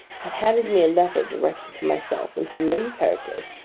had handed me a letter directed to myself, in familiar characters,